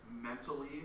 mentally